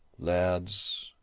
lads,